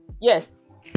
Yes